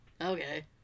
Okay